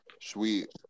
Sweet